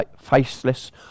faceless